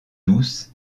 douce